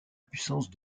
puissance